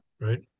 Right